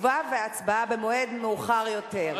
תשובה והצבעה במועד מאוחר יותר.